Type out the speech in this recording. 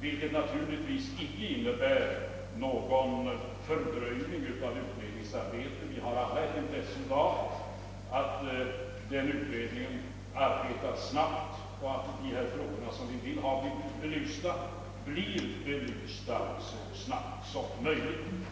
vilket naturligtvis inte innebär någon fördröjning av utredningsarbetet — vi har alla intresse av att utredningen arbetar snabbt och att dessa frågor som vi vill ha belysta också blir det så snabbt som möjligt.